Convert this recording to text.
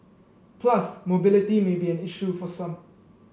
plus mobility may be an issue for some